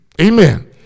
Amen